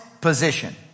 position